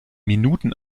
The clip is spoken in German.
minuten